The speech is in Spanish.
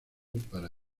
para